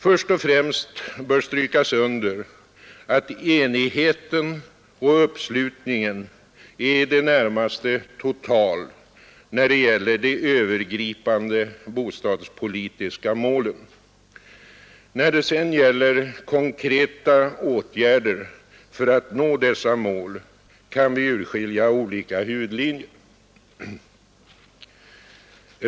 Först och främst bör strykas under att enigheten och uppslutningen är i det närmaste total när det gäller övergripande bostadspolitiska målen. När det sedan gäller konkreta åtgärder för att nå dessa mål kan vi urskilja olika huvudlinjer.